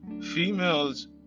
females